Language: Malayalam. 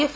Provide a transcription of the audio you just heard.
എഫ്